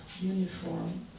uniform